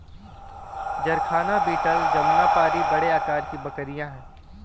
जरखाना बीटल जमुनापारी बड़े आकार की बकरियाँ हैं